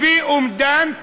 לפי אומדן ישנם,